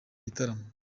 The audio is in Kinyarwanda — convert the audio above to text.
gitaramo